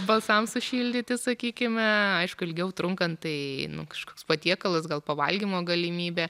balsams sušildyti sakykime aišku ilgiau trunkant tai kažkoks patiekalas gal pavalgymo galimybė